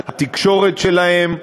התקשורת שלהם,